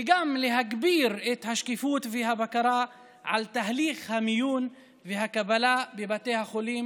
וגם להגביר את השקיפות והבקרה על תהליך המיון והקבלה בבתי החולים